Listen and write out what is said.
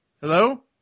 Hello